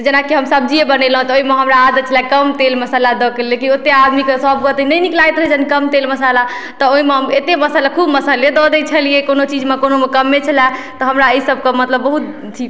जेना कि हम सब्जिये बनेलहुँ तऽ ओइमे हमरा आदत छलै कम तेल मसल्ला दैके लेकिन ओते आदमीके सबके तऽ नहि नीक लागैत रहय छन्हि कम तेल मसाला तऽ ओइमे हम अते मसाले खूब मसाले दऽ दै छलियै कोनो चीजमे कोनोमे कम्मे छलै तऽ हमरा ई सबके मतलब बहुत अथी